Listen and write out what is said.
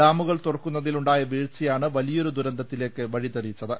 ഡാമുകൾ തുറക്കുന്നതിൽ ഉണ്ടായ വീഴ്ചയാണ് വലിയൊരു ദുരന്തത്തിലേക്ക് വഴി തെളിച്ചത്